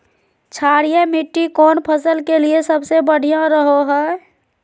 क्षारीय मिट्टी कौन फसल के लिए सबसे बढ़िया रहो हय?